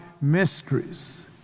mysteries